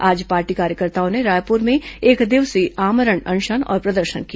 आज पार्टी कार्यकर्ताओं ने रायपुर में एकदिवसीय आमरण अनशन और प्रदर्शन किया